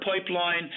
pipeline